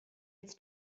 its